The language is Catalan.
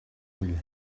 ull